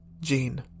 Jean